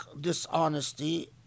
dishonesty